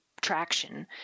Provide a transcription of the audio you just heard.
traction